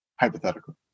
hypothetical